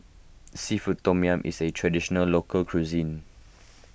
Seafood Tom Yum is a Traditional Local Cuisine